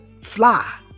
Fly